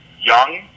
young